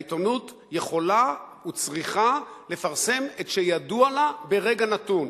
העיתונות יכולה וצריכה לפרסם את מה שידוע לה ברגע נתון.